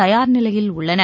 தயார் நிலையில் உள்ளன